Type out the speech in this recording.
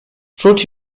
rzuć